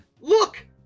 look